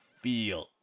feel